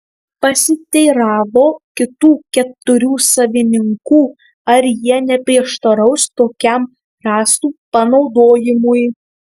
pasiteiravo kitų keturių savininkų ar jie neprieštaraus tokiam rąstų panaudojimui